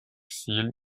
сил